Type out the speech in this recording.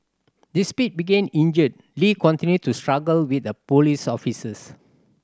despite begin injured Lee continued to struggle with the police officers